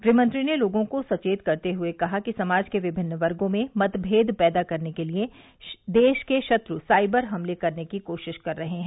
गृहमंत्री ने लोगों को सचेत करते हुए कहा कि समाज के विभिन्न वर्गो में मतमेद पैदा करने के लिए देश के शत्रु साइबर हमले करने की कोशिश कर रहे हैं